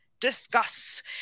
discuss